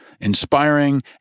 inspiring